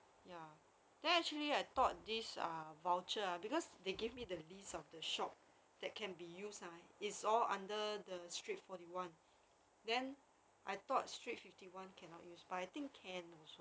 ya then I actually I thought this ah voucher ah because they give me the list of the shop that can be used ha it's all under the street forty one then I thought street fifty one cannot use but I think can also ya